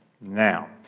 Now